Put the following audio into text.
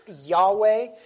Yahweh